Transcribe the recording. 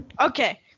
okay